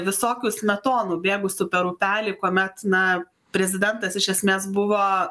visokių smetonų bėgusių per upelį kuomet na prezidentas iš esmės buvo